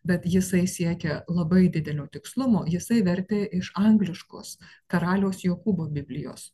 bet jisai siekia labai didelio tikslumo jisai vertė iš angliškos karaliaus jokūbo biblijos